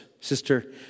Sister